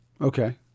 Okay